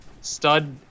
stud